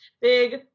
Big